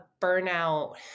burnout